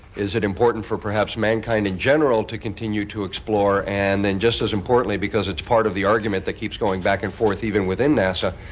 is it important for perhaps mankind in general to continue to explore? and then, just as importantly, because it's part of the argument that keeps going back and forth even within nasa,